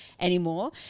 anymore